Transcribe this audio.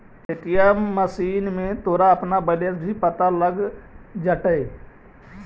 ATM machine में तोरा अपना बैलन्स भी पता लग जाटतइ